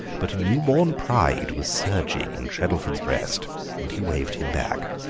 but a new-born pride was surging in treddleford's breast and he waved him back.